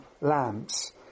lamps